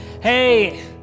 Hey